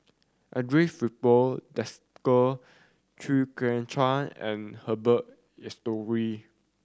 Andre Filipe Desker Chew Kheng Chuan and Herbert Eleuterio